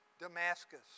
Damascus